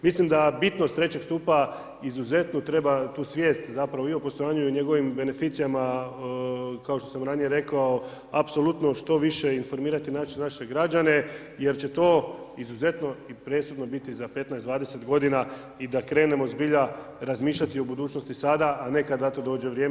Mislim da bitnost trećeg stupa izuzetno treba tu svijest i o postojanju i o njegovim beneficijama, kao što sam ranije rekao apsolutno što više informirati naše građane jer će to izuzetno i presudno biti za 15, 20 godina i da krenemo zbilja razmišljati o budućnosti sada, a ne kada za to dođe vrijeme.